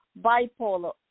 bipolar